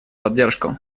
поддержку